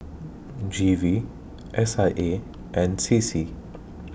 G V S I A and C C